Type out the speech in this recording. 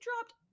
dropped